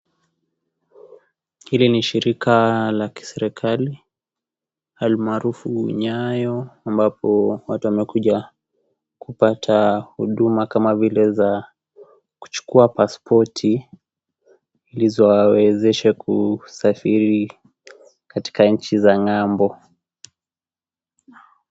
Hili ni shirika la kiserikari, almaarufu Nyayo, ambapo watu wamekuja kupata huduma kama vile za kuchukua pasipoti, ndizo ziwawezeshe kusafiri katika nchi za ng'ambo.